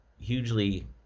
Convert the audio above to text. Hugely